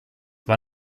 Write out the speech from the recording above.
war